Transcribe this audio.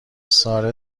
ساره